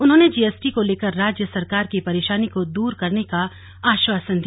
उन्होंने जीएसटी को लेकर राज्य सरकार की परेशानी को दूर करने का आश्वासन दिया